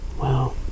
Wow